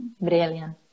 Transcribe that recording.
Brilliant